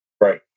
Right